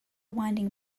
winding